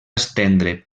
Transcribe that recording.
estendre